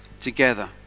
together